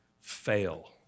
Fail